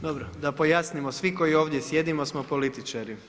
Dobro, da pojasnimo svi koji ovdje sjedimo smo političari.